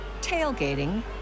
tailgating